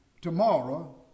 Tomorrow